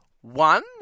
one